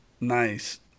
Nice